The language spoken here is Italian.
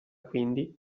quindi